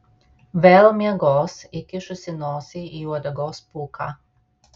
vėl miegos įkišusi nosį į uodegos pūką